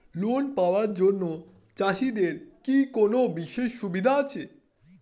Loan পাওয়ার জন্য চাষিদের কি কোনো বিশেষ সুবিধা আছে?